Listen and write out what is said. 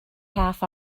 half